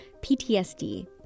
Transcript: PTSD